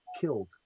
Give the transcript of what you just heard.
killed